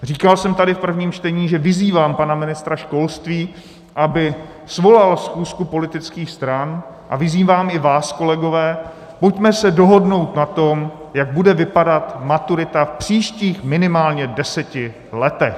Říkal jsem tady v prvním čtení, že vyzývám pana ministra školství, aby svolal schůzku politických stran, a vyzývám i vás, kolegové, pojďme se dohodnout na tom, jak bude vypadat maturita v příštích minimálně deseti letech.